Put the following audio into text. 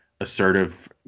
assertive